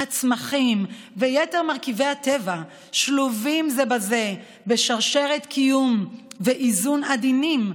הצמחים ויתר מרכיבי הטבע שלובים זה בזה בשרשרת קיום ואיזון עדינים,